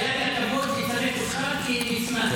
והיה לי הכבוד לצרף אותך כנצמד.